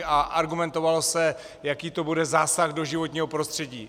A argumentovalo se, jaký to bude zásah do životního prostředí.